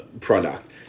product